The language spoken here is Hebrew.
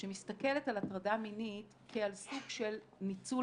שמסתכלת על הטרדה מינית כעל סוג של ניצול